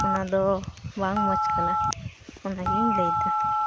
ᱚᱱᱟᱫᱚ ᱵᱟᱝ ᱢᱚᱡᱽ ᱠᱟᱱᱟ ᱚᱱᱟᱜᱮᱧ ᱞᱟᱹᱭ ᱮᱫᱟ